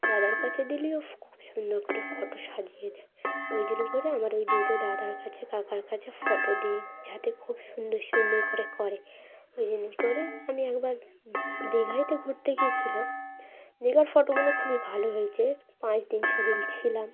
দাদার কাছে দিলেও খুব সুন্দর করে ফটো সাজিয়ে দেয় ওই জন্যই করে আমার ওই দুটো দাদার কাছে কাকার কাছে ফটো দিই যাতে খুব সুন্দর সুন্দর করে করে ওই জন্য করে আমি একবার দীঘাতে ঘুরতে গিয়েছিলাম দীঘার ফটোগুলো খুবই ভালো হয়েছে পাঁচ দিন ছ দিন ছিলাম